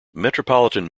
metropolitan